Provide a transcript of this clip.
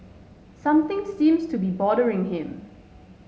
something seems to be bothering him